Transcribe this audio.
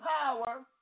power